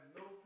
no